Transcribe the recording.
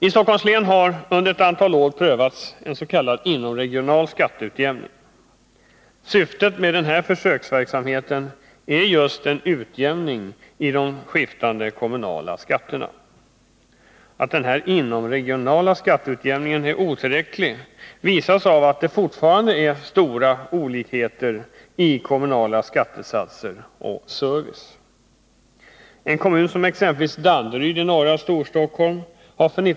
I Stockholms län har under ett antal år prövats en s.k. inomregional skatteutjämning. Syftet med denna försöksverksamhet är just en utjämning av de skiftande kommunala skatterna. Att denna inomregionala skatteutjämning är otillräcklig visas av att det fortfarande är stora olikheter i kommunala skattesatser och service. En kommun som exempelvis Danderyd i norra Storstockholm har 25 kr.